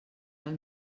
del